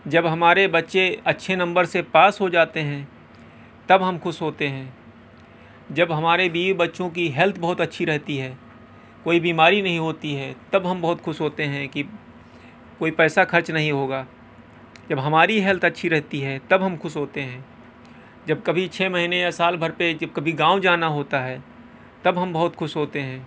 جب ہمارے بچے اچھے نمبر سے پاس ہو جاتے ہیں تب ہم خوش ہوتے ہیں جب ہمارے بیوی بچوں کی ہیلتھ بہت اچھی رہتی ہے کوئی بیماری نہیں ہوتی ہے تب ہم بہت خوش ہوتے ہیں کہ کوئی پیسہ خرچ نہیں ہوگا جب ہماری ہیلتھ اچھی رہتی ہے تب ہم خوش ہوتے ہیں جب کبھی چھ مہینے یا سال بھر پہ جب کبھی گاؤں جانا ہوتا ہے تب ہم بہت خوش ہوتے ہیں